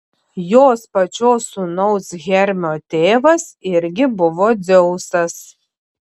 jos pačios sūnaus hermio tėvas irgi buvo dzeusas